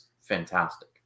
fantastic